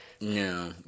No